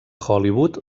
hollywood